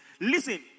Listen